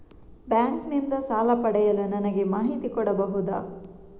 Bank ನಿಂದ ಸಾಲ ಪಡೆಯಲು ನನಗೆ ಮಾಹಿತಿ ಕೊಡಬಹುದ?